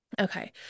okay